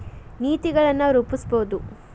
ನೇತಿಗಳನ್ ರೂಪಸ್ಬಹುದು